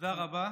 תודה רבה,